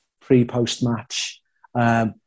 pre-post-match